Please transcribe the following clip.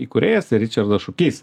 įkūrėjas ričardas šukys